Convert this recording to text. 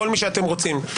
חבר הכנסת אלעזר שטרן,